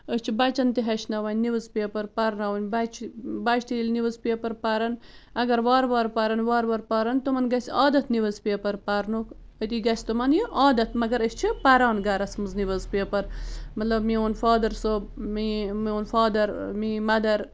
أسۍ چھِ بَچن تہِ ہیٚچھناوان نَِوٕز پیپر پرناوٕنۍ بچہٕ بچہٕ تہِ ییٚلہِ نِوٕز پیپر پَران اگر وار وار پَرن وار وار پَرن تِمن گَژھِ عادتھ نِوٕز پیپر پرنُک ٲتی گَژھِ تِمن یہِ عادتھ مگر ٲسۍ چھِ پَران گَرس منٛز نِوٕز پیپر مطلب میون فادر صٲب مین میون فادر مین مَدر